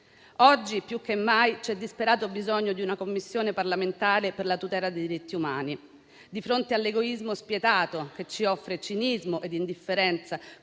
Oggi più che mai c'è disperato bisogno di una Commissione parlamentare per la tutela dei diritti umani. Di fronte all'egoismo spietato che ci offre cinismo e indifferenza